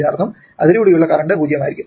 ഇതിനർത്ഥം അതിലൂടെയുള്ള കറന്റ് 0 ആയിരിക്കും